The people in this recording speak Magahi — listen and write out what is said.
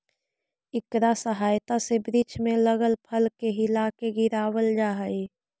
इकरा सहायता से वृक्ष में लगल फल के हिलाके गिरावाल जा हई